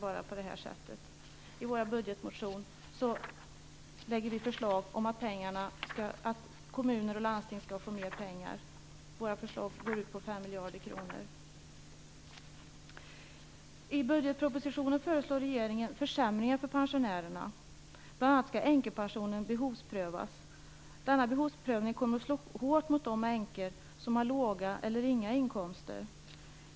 I Vänsterpartiets budgetmotion lägger vi fram förslag om att kommuner och landsting skall få mer pengar. Förslaget går ut på I budgetpropositionen föreslår regeringen försämringar för pensionärerna. Bl.a. skall änkepensionen behovsprövas. Denna behovsprövning kommer att slå hårt mot de änkor som har låga, eller inga, inkomster.